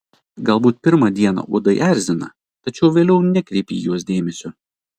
galbūt pirmą dieną uodai erzina tačiau vėliau nekreipi į juos dėmesio